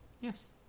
Yes